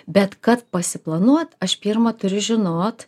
bet kad pasiplanuoti aš pirma turiu žinot